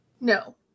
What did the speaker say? No